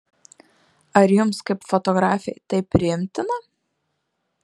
ar jums kaip fotografei tai priimtina